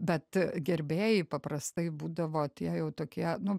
bet gerbėjai paprastai būdavo tie jau tokie nu